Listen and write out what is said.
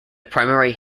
primary